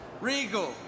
Regal